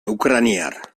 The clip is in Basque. ukrainar